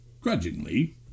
Grudgingly